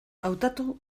hautatu